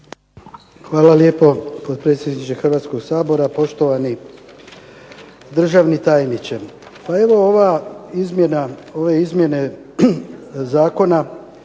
Hvala lijepo potpredsjedniče Hrvatskog sabora. Poštovani državni tajniče. Pa evo ove izmjene zakona